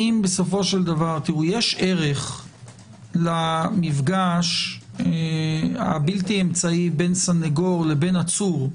יש ערך למפגש הבלתי אמצעי בין סנגור לבין עצור,